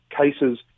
cases